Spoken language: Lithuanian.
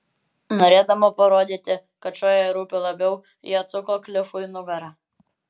norėdama parodyti kad šuo jai rūpi labiau ji atsuko klifui nugarą